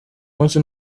munsi